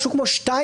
משהו כמו 2.5